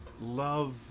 love